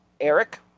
Eric